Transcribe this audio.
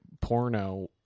porno